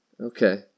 Okay